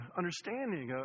understanding